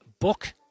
book